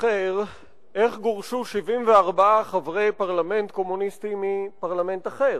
להיזכר איך גורשו עשרות חברי פרלמנט קומוניסטים מפרלמנט אחר,